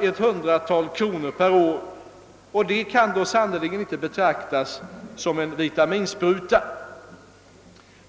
ett hundratal kronor per år. Det kan då sannerligen inte betraktas som en vitaminspruta.